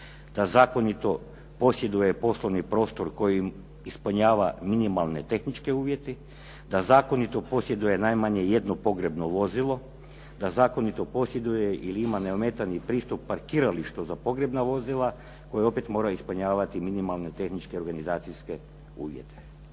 da zakonito posjeduje poslovni prostor kojim ispunjava minimalne tehničke uvjete, da zakonito posjeduje najmanje jedno pogrebno vozilo, da zakonito posjeduje ili ima neometani pristup parkiralištu za pogrebna vozila koje opet mora ispunjavati minimalne tehničke organizacijske uvjete.